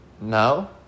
No